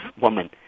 woman